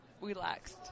relaxed